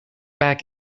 back